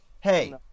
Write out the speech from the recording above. Hey